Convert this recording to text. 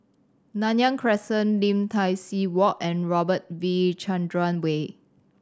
Nanyang Crescent Lim Tai See Walk and Robert V Chandran Way